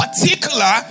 particular